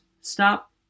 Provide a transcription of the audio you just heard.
stop